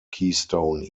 keystone